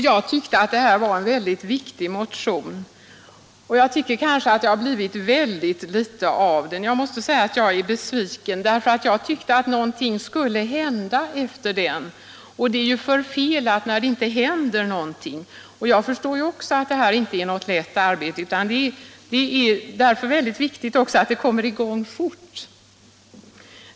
Jag tyckte att detta var en mycket viktig motion, och jag menar att det har blivit väldigt litet av den. Jag måste säga att jag är besviken, för jag tyckte att någonting skulle hända efter den — syftet är ju förfelat när det inte händer någonting. Detta är inte något lätt arbete, det förstår jag också. Därför är det mycket viktigt att det kommer i gång fort.